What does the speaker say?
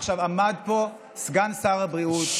עמד פה סגן שר הבריאות,